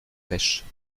pêchent